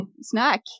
snack